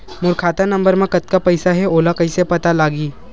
मोर खाता नंबर मा कतका पईसा हे ओला कइसे पता लगी?